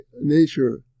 nature